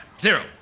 Zero